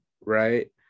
right